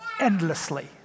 endlessly